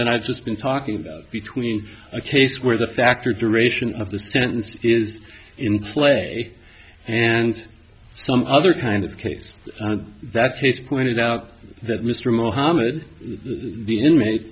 and i've just been talking about between a case where the factor duration of the sentence is in play and some other kind of case that case pointed out that mr muhammad the inmate